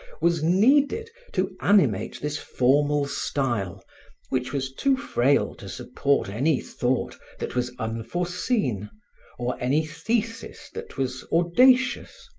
was needed to animate this formal style which was too frail to support any thought that was unforseen or any thesis that was audacious.